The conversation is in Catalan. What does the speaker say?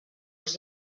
els